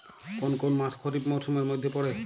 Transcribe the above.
কোন কোন মাস খরিফ মরসুমের মধ্যে পড়ে?